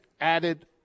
added